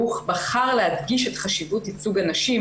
הוא בחר להדגיש את חשיבות ייצוג הנשים,